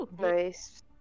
Nice